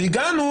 והגענו